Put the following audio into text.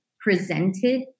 presented